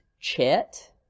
chet